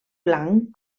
blanc